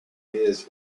his